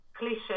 cliche